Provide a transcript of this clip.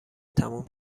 تموم